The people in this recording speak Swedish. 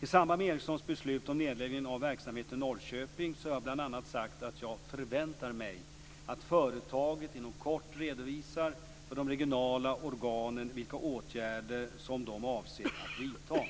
I samband med Ericssons beslut om nedläggning av verksamheten i Norrköping har jag bl.a. sagt att jag förväntar mig "att företaget inom kort redovisar för de regionala organen vilka åtgärder som de avser att vidta".